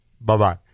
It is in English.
bye-bye